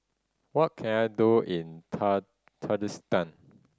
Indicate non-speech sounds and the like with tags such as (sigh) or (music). what can I do in (unintelligible) Tajikistan